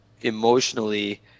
emotionally